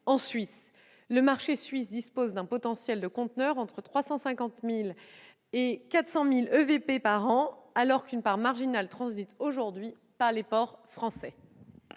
en Suisse ; le marché suisse dispose d'un potentiel de conteneurs entre 350 000 et 400 000 équivalents vingt pieds par an, alors qu'une part marginale transite aujourd'hui par les ports français.